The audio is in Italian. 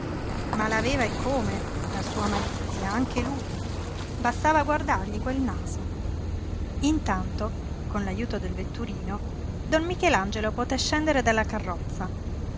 ma l'aveva e come la sua malizia anche lui bastava guardargli quel naso intanto con l'ajuto del vetturino don michelangelo poté scendere dalla carrozza